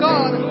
God